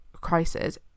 crisis